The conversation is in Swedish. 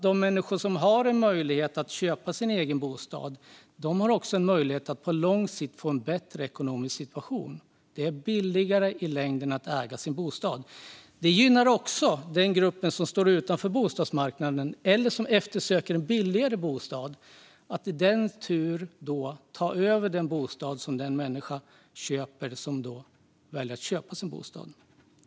De människor som har en möjlighet att köpa sin egen bostad har också en möjlighet att på lång sikt få en bättre ekonomisk situation. Det är i längden billigare att äga en bostad. Det gynnar också den grupp som står utanför bostadsmarknaden eller som eftersöker en billigare bostad. Den kan i sin tur ta över den bostad som den människa lämnar som väljer att köpa sin bostad.